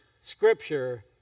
scripture